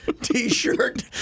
T-shirt